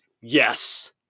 yes